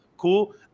Cool